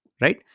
right